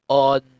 on